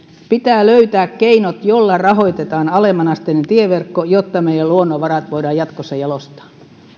pitää löytää keinot joilla rahoitetaan alemmanasteinen tieverkko jotta meidän luonnonvaramme voidaan jatkossa jalostaa